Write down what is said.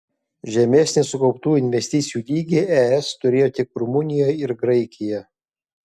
žemesnį sukauptų investicijų lygį es turėjo tik rumunija ir graikija